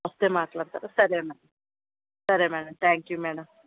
వస్తే మాట్లాడతారా సరే మేడం సరే మేడం థ్యాంక్యు మేడం